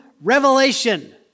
revelation